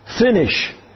finish